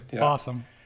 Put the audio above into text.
awesome